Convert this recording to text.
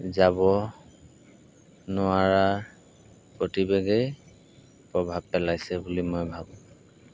যাব নোৱাৰা প্ৰতিবেগেই প্ৰভাৱ পেলাইছে বুলি মই ভাবোঁ